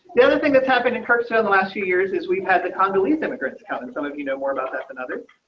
the other thing that's happened in kind of so the last few years is we've had the condoleezza immigrants accountant. some of you know more about that than others.